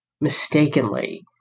mistakenly